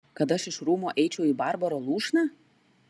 kad aš iš rūmų eičiau į barbaro lūšną